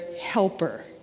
helper